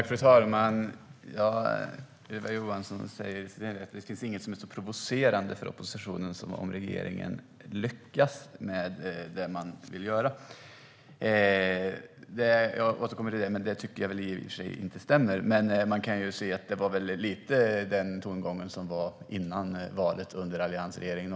Fru talman! Ylva Johansson säger att det finns ingenting som är så provocerande för oppositionen som att regeringen lyckas med det som man vill göra. Det tycker jag inte stämmer, men det var väl lite av den tongången som hördes före valet och också under alliansregeringen.